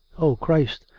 o christ,